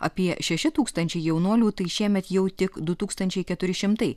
apie šeši tūkstančiai jaunuolių tai šiemet jau tik du tūkstančiai keturi šimtai